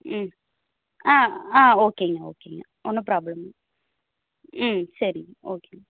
ம் ஆ ஆ ஓகேங்க ஓகேங்க ஒன்றும் ப்ராப்ளம் இல்லை ம் சரிங்க ஓகே